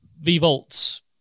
V-Volts